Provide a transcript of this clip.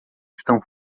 estão